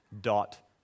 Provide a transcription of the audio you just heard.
dot